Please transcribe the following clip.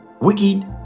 wicked